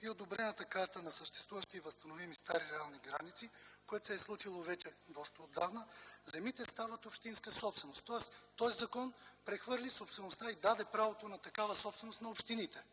и одобрената карта на съществуващите и възстановими стари реални граници, което се е случило вече доста отдавна, земите стават общинска собственост. Тоест този закон прехвърли собствеността и даде правото на такава собственост на общините.